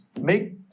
make